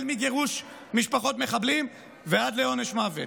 מגירוש משפחות מחבלים ועד עונש מוות.